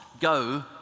go